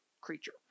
creature